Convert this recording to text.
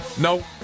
No